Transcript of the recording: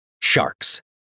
sharks